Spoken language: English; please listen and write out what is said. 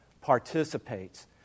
participates